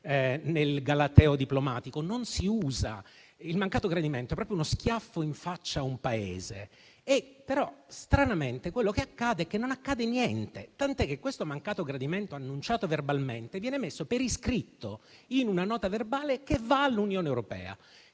nel galateo diplomatico. Non si usa. Il mancato gradimento è proprio uno schiaffo in faccia a un Paese. Stranamente, però, quello che accade è che non accade niente, tant'è che il mancato gradimento, annunciato verbalmente, viene messo per iscritto in una nota verbale che va all'Unione europea.